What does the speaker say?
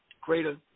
greater